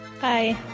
Bye